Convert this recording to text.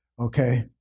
okay